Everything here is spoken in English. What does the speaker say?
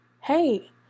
hey